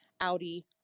Audi